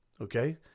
okay